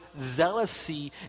zealousy